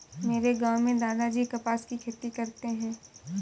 मेरे गांव में दादाजी कपास की खेती करते हैं